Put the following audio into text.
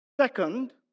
Second